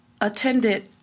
attended